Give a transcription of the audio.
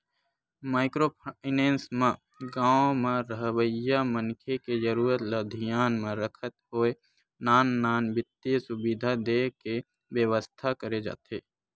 micro finance म गाँव म रहवइया मनखे के जरुरत ल धियान म रखत होय नान नान बित्तीय सुबिधा देय के बेवस्था करे जाथे